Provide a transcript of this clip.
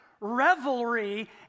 revelry